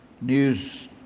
news